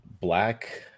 black